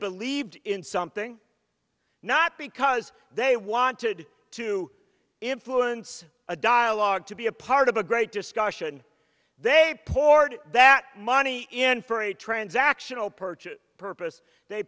believed in something not because they wanted to influence a dialogue to be a part of a great discussion they poured that money in for a transactional purchase purpose they